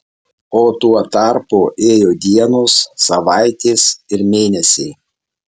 o tuo tarpu ėjo dienos savaitės ir mėnesiai